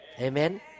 Amen